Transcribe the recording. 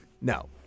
No